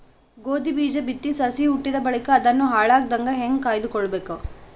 ಗೋಧಿ ಬೀಜ ಬಿತ್ತಿ ಸಸಿ ಹುಟ್ಟಿದ ಬಳಿಕ ಅದನ್ನು ಹಾಳಾಗದಂಗ ಹೇಂಗ ಕಾಯ್ದುಕೊಳಬೇಕು?